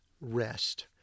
rest